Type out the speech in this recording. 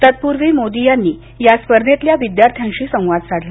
तत्पूर्वी मोदी यांनी या स्पर्धेतल्या विद्यार्थ्यांशी संवाद साधला